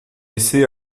essai